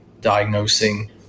diagnosing